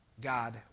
God